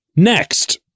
Next